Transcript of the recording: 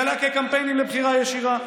היא ניהלה כקמפיינים לבחירה ישירה.